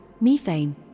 methane